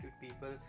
people